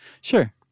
Sure